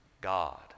God